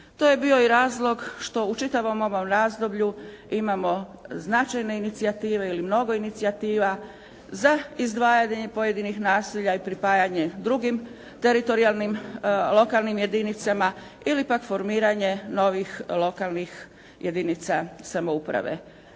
To je bio i razlog što u čitavom ovom razdoblju imamo značajne inicijative ili mnogo inicijativa za izdvajanje pojedinih naselja i pripajanje drugim teritorijalnim, lokalnim jedinicama ili pak formiranje novih lokalnih jedinica samouprave.